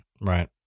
right